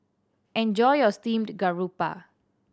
enjoy your steamed garoupa